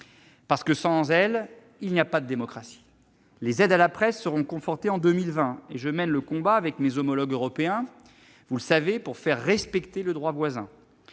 parce que sans elle, il n'y a pas de démocratie. Les aides à la presse seront confortées en 2020. Avec mes homologues européens, je mène un combat pour faire respecter le droit voisin.